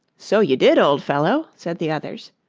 so you did, old fellow said the others.